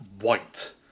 white